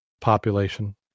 population